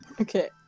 Okay